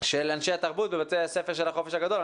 של אנשי התרבות בבתי הספר של החופש הגדול.